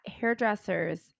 hairdressers